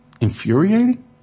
infuriating